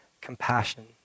compassion